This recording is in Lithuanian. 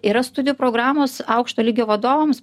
yra studijų programos aukšto lygio vadovams